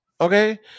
Okay